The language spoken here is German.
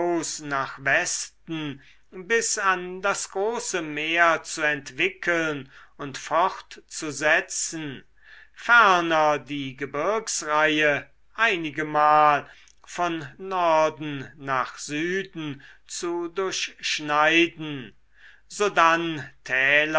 nach westen bis an das große meer zu entwickeln und fortzusetzen ferner die gebirgsreihe einigemal von norden nach süden zu durchschneiden sodann